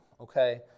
okay